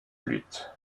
lutte